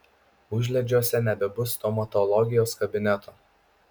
užliedžiuose nebebus stomatologijos kabineto